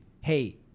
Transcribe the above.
hey